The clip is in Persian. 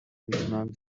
میتونم